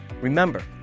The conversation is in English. Remember